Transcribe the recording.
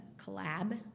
collab